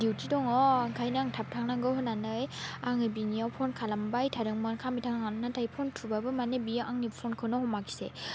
दिउथि दङ ओंखाइनो आं थाब थांनांगौ होन्नानै आङो बिनियाव फन खालामबाय थादोंमोन खालामबाय थादोंमोन नाथाय फन थुबाबो माने बियो आंनि फनखौनो हमाखिसै